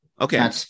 Okay